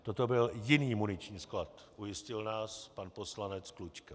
Toto byl jiný muniční sklad, ujistil nás pan poslanec Klučka.